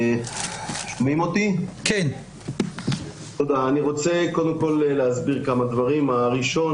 אני רוצה להסביר כמה דברים: ראשית,